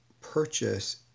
purchase